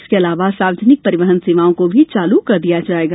इसके अलावा सार्वजनिक परिवहन सेवाओं को भी चालू कर दिया जाएगा